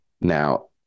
Now